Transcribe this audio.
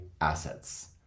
assets